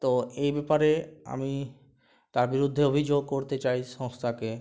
তো এই ব্যাপারে আমি তার বিরুদ্ধে অভিযোগ করতে চাই সংস্থাকে